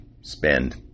spend